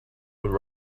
would